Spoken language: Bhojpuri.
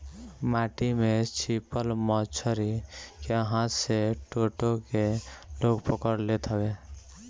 माटी में छिपल मछरी के हाथे से टो टो के लोग पकड़ लेत हवे